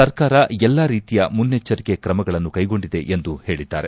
ಸರ್ಕಾರ ಎಲ್ಲಾ ರೀತಿಯ ಮುನ್ನೆಚ್ಚರಿಕೆ ತ್ರಮಗಳನ್ನು ಕೈಗೊಂಡಿದೆ ಎಂದು ಹೇಳಿದ್ದಾರೆ